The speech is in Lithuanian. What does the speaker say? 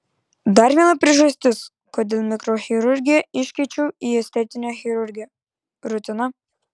dar viena priežastis kodėl mikrochirurgiją iškeičiau į estetinę chirurgiją rutina